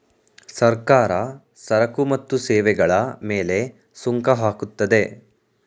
ಸರ್ಕಾರ ಸರಕು ಮತ್ತು ಸೇವೆಗಳ ಮೇಲೆ ಸುಂಕ ಹಾಕುತ್ತದೆ